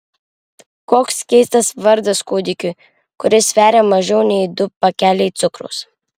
koks keistas vardas kūdikiui kuris sveria mažiau nei du pakeliai cukraus